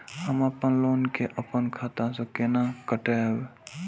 हम अपन लोन के अपन खाता से केना कटायब?